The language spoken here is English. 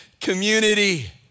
community